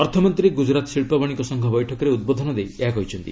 ଅର୍ଥମନ୍ତ୍ରୀ ଗୁଜୁରାତ ଶିଳ୍ପ ବଶିକ ସଂଘ ବୈଠକରେ ଉଦ୍ବୋଧନ ଦେଇ ଏହା କହିଛନ୍ତି